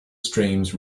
streams